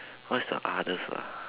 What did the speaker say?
what's the hardest lah